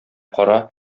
кара